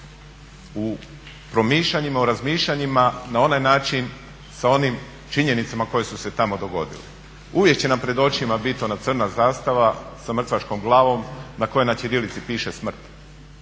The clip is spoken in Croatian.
u promišljanjima o razmišljanjima na onaj način sa onim činjenicama koje su se tamo dogodile. Uvijek će nam pred očima biti ona crna zastava sa mrtvačkom glavom na kojoj na ćirilici piše smrt.